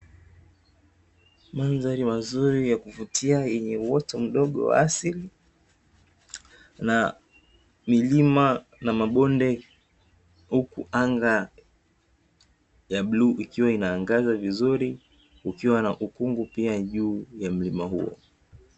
Mandhari nzuri ya kuvutia yenye uoto mdogo wa asili, na milima na mabonde huku anga bluu ikiwa inaangaza vizuri kukiwa na ukungu juu ya mlima huo.